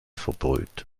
verbrüht